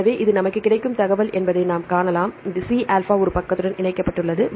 எனவே இது நமக்கு கிடைக்கும் தகவல் என்பதை நாம் காணலாம் ஆனால் C ஆல்பா ஒரு பக்கத்துடன் இணைக்கப்பட்டுள்ளது